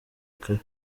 kare